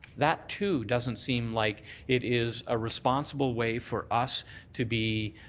that, too, doesn't seem like it is a responsible way for us to be